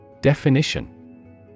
Definition